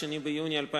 2 ביוני 2009,